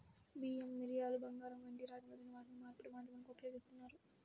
బియ్యం, మిరియాలు, బంగారం, వెండి, రాగి మొదలైన వాటిని మార్పిడి మాధ్యమాలుగా ఉపయోగిస్తారు